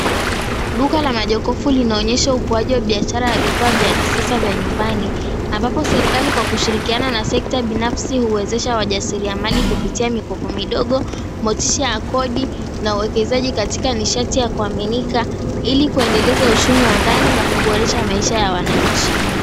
Duka la majokofu linaonyesha ukuaji wa biashara ya vifaa vya kisasa vya nyumbani, ambapo serikali kwa kushirikiana na sekta binafsi huwezesha wajasiriamali kupitia mikopo midogo, motisha ya kodi, na uwekezaji katika nishati ya kuaminika, ili kuendeleza uchumi wa ndani na kuboresha maisha ya wananchi.